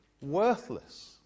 worthless